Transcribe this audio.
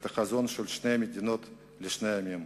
את החזון של שתי מדינות לשני העמים.